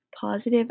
positive